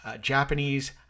Japanese